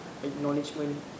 Acknowledgement